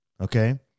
Okay